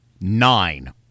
Nine